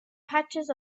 patches